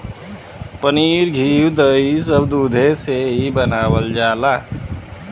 पनीर घी दही सब दुधे से ही बनावल जाला